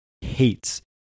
hates